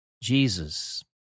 Jesus